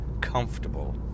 comfortable